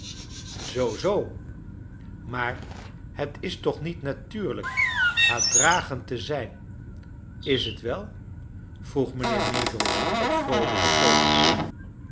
zoo zoo maar het is toch niet natuurlijk haatdragend te zijn is t wel vroeg mijnheer m eagles op vroolijken toon